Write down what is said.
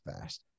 fast